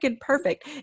perfect